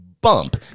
bump